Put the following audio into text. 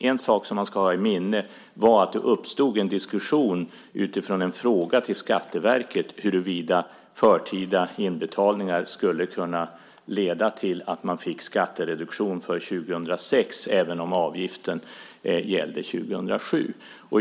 en sak som man ska ha i minne att det uppstod en diskussion utifrån en fråga till Skatteverket huruvida förtida inbetalningar skulle kunna leda till att man fick skattereduktion för 2006 även om avgiften gällde 2007.